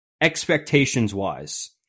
Expectations-wise